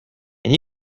and